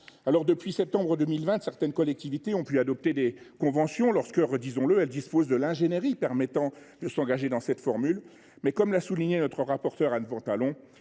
Depuis septembre 2020, certaines collectivités ont adopté des conventions, lorsqu’elles disposent de l’ingénierie permettant de recourir à cette formule. Mais comme l’a souligné notre rapporteure, Anne Ventalon,